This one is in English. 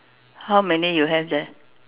how many you have there